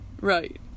right